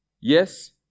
Yes